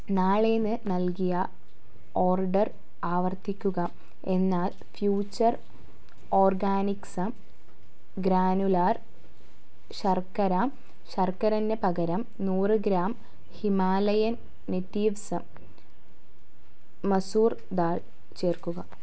നാളേന് നൽകിയ ഓർഡർ ആവർത്തിക്കുക എന്നാൽ ഫ്യൂച്ചർ ഓര്ഗാനിക്സം ഗ്രാനുലാർ ശർക്കര ശർക്കരൻ്റെ പകരം നൂറ് ഗ്രാം ഹിമാലയൻ നെറ്റീവ്സ മസൂർ ദാൽ ചേർക്കുക